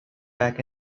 back